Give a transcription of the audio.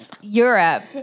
Europe